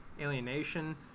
alienation